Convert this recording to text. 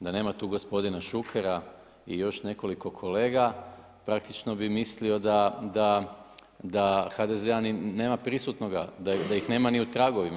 Da nema tu gospodina Šukera i još nekoliko kolega praktično bih mislio da HDZ i nema prisutnoga, da ih nema ni u tragovima.